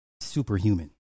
superhuman